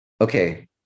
okay